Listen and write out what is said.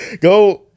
Go